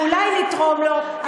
ואולי לתרום לו,